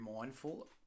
mindful